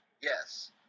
yes